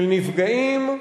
של נפגעים,